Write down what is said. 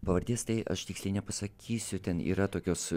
pavardės tai aš tiksliai nepasakysiu ten yra tokios